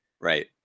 Right